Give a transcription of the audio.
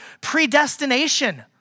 predestination